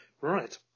right